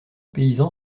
paysan